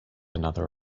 another